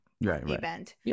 event